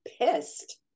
pissed